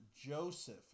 Joseph